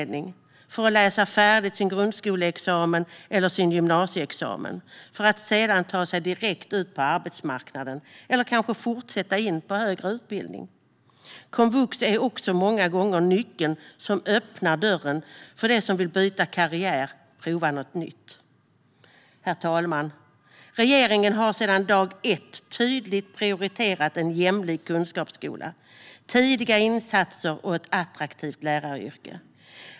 De ska kunna läsa färdigt sin grundskoleexamen eller sin gymnasieexamen och sedan ta sig direkt ut på arbetsmarknaden eller kanske fortsätta in på högre utbildning. Komvux är också många gånger nyckeln som öppnar dörren för den som vill byta karriär och prova på något nytt. Herr talman! Regeringen har sedan dag ett tydligt prioriterat en jämlik kunskapsskola, tidiga insatser och ett attraktivt läraryrke.